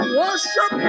worship